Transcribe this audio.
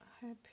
happy